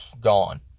gone